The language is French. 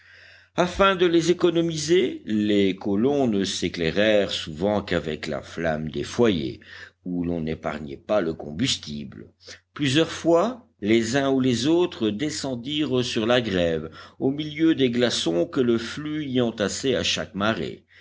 afin de les économiser les colons ne s'éclairèrent souvent qu'avec la flamme des foyers où l'on n'épargnait pas le combustible plusieurs fois les uns ou les autres descendirent sur la grève au milieu des glaçons que le flux y entassait à chaque marée